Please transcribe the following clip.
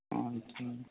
हाँ हाँ